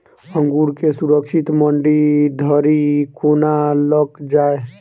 अंगूर केँ सुरक्षित मंडी धरि कोना लकऽ जाय?